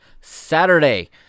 Saturday